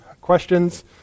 questions